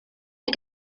mae